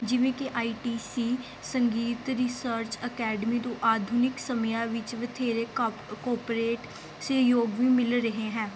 ਜਿਵੇਂ ਕਿ I T C ਸੰਗੀਤ ਰਿਸਰਚ ਅਕੈਡਮੀ ਨੂੰ ਆਧੁਨਿਕ ਸਮਿਆਂ ਵਿੱਚ ਬਥੇਰੇ ਕਪ ਕੋਪਰੇਟ ਸਹਿਯੋਗ ਵੀ ਮਿਲ ਰਹੇ ਹੈ